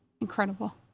incredible